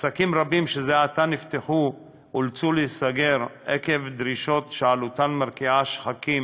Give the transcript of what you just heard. עסקים רבים שזה עתה נפתחו אולצו להיסגר עקב דרישות שעלותן מרקיעה שחקים